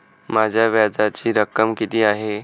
माझ्या व्याजाची रक्कम किती आहे?